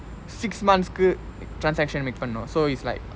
six months transaction make பன்னனும்:pannanum so it's like